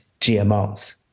GMOs